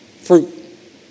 Fruit